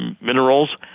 minerals